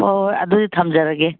ꯍꯣꯏ ꯍꯣꯏ ꯑꯗꯨꯗꯤ ꯊꯝꯖꯔꯒꯦ